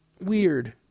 Weird